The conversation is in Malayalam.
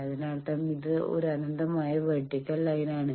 അതിനർത്ഥം ഇത് ഒരു അനന്തമായ വേർട്ടിക്കൽ ലൈൻ ആണ്